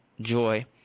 joy